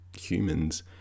humans